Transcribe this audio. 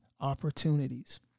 opportunities